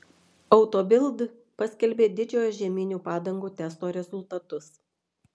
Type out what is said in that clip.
auto bild paskelbė didžiojo žieminių padangų testo rezultatus